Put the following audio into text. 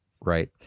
right